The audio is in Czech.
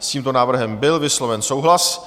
S tímto návrhem byl vysloven souhlas.